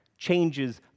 changes